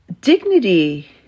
Dignity